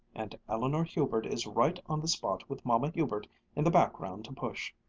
and eleanor hubert is right on the spot with mamma hubert in the background to push.